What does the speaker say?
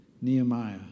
Nehemiah